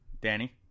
Danny